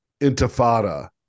intifada